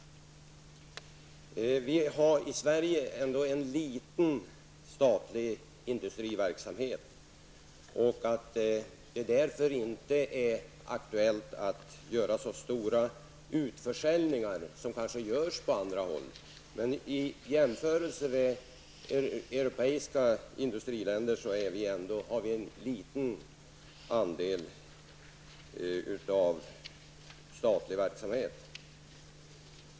Vi har i Sverige en liten statlig industriverksamhet. Det är därför det inte är aktuellt att göra så stora utförsäljningar, som kanske görs på andra håll. Men i jämförelse med europeiska industriländer har vi en liten andel av statlig verksamhet.